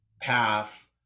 path